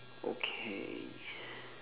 okay